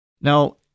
Now